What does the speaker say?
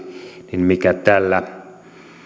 mikä tällä